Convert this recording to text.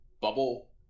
bubble